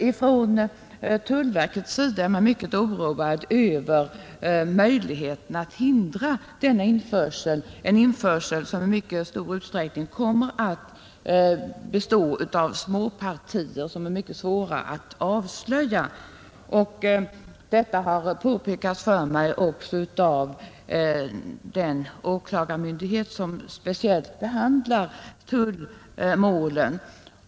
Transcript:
Inom tullverket är man mycket oroad beträffande möjligheterna att hindra denna införsel, som i mycket stor utsträckning kommer att bestå av småpartier som är mycket svåra att avslöja. Detta har påpekats för mig också av den åklagarmyndighet som speciellt behandlar tullmålen.